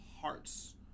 hearts